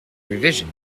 revision